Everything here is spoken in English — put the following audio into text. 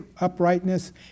uprightness